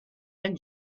and